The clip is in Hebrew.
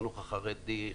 החינוך החרדי,